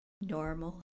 normal